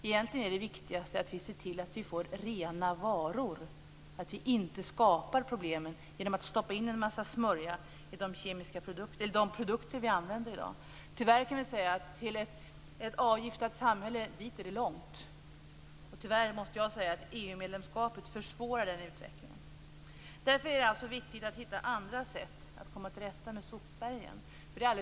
Egentligen är det viktigaste att vi ser till att få rena varor, att vi inte skapar dessa problem genom att stoppa in en massa smörja i de produkter vi använder i dag. Tyvärr är det långt till ett avgiftat samhälle, och tyvärr måste jag säga att EU-medlemskapet försvårar den utvecklingen. Därför är det viktigt att hitta andra sätt att komma till rätta med sopbergen.